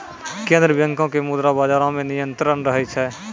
केन्द्रीय बैंको के मुद्रा बजारो मे नियंत्रण रहै छै